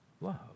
love